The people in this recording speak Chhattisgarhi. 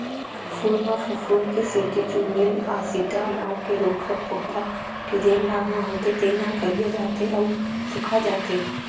फूल म फफूंद के सेती चूर्निल आसिता नांव के रोग ह पउधा के जेन भाग म होथे तेन ह करिया जाथे अउ सूखाजाथे